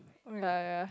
ya ya ya